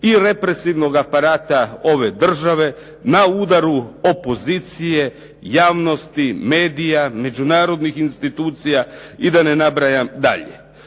i represivnog aparata ove države, na udaru opozicije, javnosti, medija, međunarodnih institucija i da ne nabrajam dalje.